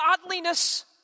godliness